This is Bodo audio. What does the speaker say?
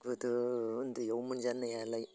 गोदो उन्दैयाव मोनजानायालाय